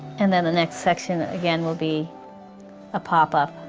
and then the next section again will be a pop-up,